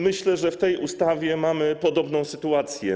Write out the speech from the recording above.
Myślę, że w tej ustawie mamy podobną sytuację.